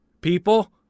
people